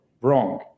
wrong